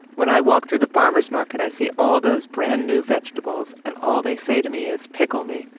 when i walk through the farmers market, i see all those brand-new vegetables. and all they say to me is, pickle me.